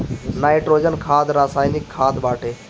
nitrogen खाद रासायनिक खाद बाटे